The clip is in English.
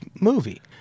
movie